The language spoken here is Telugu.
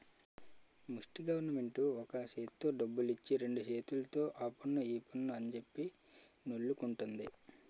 ముస్టి గవరమెంటు ఒక సేత్తో డబ్బులిచ్చి రెండు సేతుల్తో ఆపన్ను ఈపన్ను అంజెప్పి నొల్లుకుంటంది